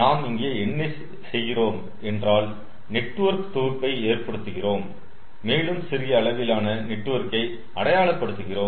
நாம் இங்கே என்ன செய்கிறோம் என்றால் நெட்வொர்க் தொகுப்பை ஏற்படுத்துகிறோம் மேலும் சிறிய அளவிலான நெட்வொர்க்கை அடையாள படுத்துகிறோம்